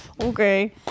Okay